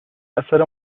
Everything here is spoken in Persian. اثر